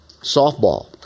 softball